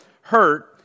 hurt